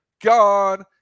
gone